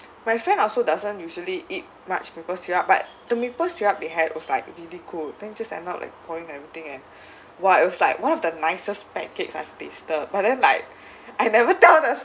my friend also doesn't usually eat much maple syrup but the maple syrup they had was like really good then just end up like pouring everything and what it was like one of the nicest pancakes I've tasted but then like I never tell the